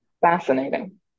Fascinating